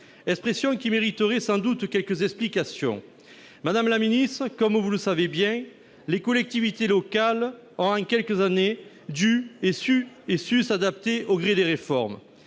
Cette formule mériterait sans doute quelques explications. Madame la ministre, comme vous le savez, les collectivités locales ont en quelques années dû et su s'adapter au gré des réformes